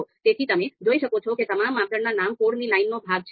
તેથી તમે જોઈ શકો છો કે તમામ માપદંડના નામ કોડની લાઇનનો ભાગ છે